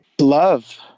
Love